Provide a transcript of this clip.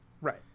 Right